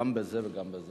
גם בזה וגם בזה.